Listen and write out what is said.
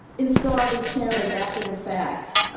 install these cameras after the fact?